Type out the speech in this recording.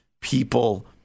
people